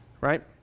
Right